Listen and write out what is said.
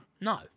No